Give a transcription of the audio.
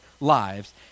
lives